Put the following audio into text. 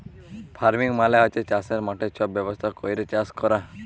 farming মালে হছে চাষের মাঠে ছব ব্যবস্থা ক্যইরে চাষ ক্যরা